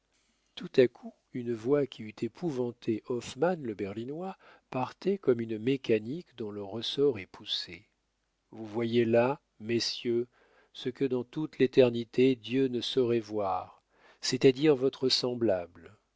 tout à coup une voix qui eût épouvanté hoffmann le berlinois partait comme une mécanique dont le ressort est poussé vous voyez là messieurs ce que dans toute l'éternité dieu ne saurait voir c'est-à-dire votre semblable